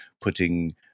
putting